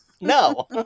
No